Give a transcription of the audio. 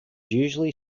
usually